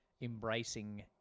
embracing